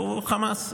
והוא חמאס,